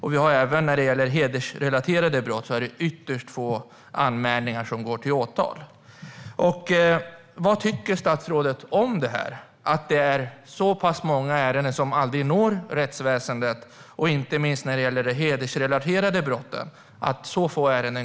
Detsamma gäller vid hedersrelaterade brott, då ytterst få anmälningar går till åtal. Vad tycker statsrådet om att det är så pass många ärenden som aldrig når rättsväsendet och går till åtal, inte minst när det gäller de hedersrelaterade brotten?